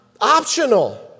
optional